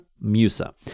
Musa